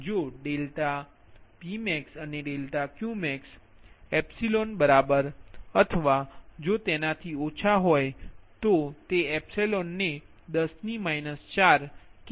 જો ∆Pmaxઅને ∆Qmax epsilon બરાબર અથવા જો તેનાથે ઓછા હોય તો તે એપ્સીલોન ને 10ની માઈનસ 4 કે માઈનસ 5 હોઈ શકે છે